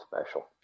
special